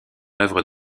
œuvre